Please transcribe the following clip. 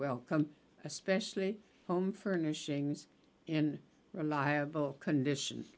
welcomed especially home furnishings and reliable condition